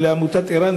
לעמותת ער"ן,